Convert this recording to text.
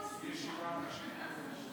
היושב-ראש, חבריי חברי הכנסת, ראשית,